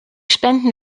spenden